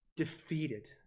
defeated